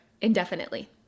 indefinitely